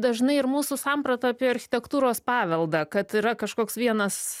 dažnai ir mūsų samprata apie architektūros paveldą kad yra kažkoks vienas